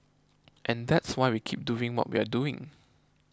and that's why we keep doing what we're doing